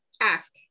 ask